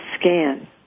scan